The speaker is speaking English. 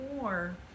more